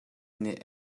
nih